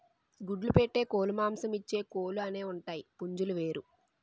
గుడ్లు పెట్టే కోలుమాంసమిచ్చే కోలు అనేవుంటాయి పుంజులు వేరు